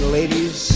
ladies